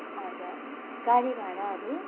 हजुर गाडी भाडाहरू